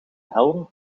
helm